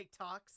TikToks